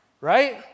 Right